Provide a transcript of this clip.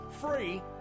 free